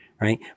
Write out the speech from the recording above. right